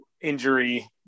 injury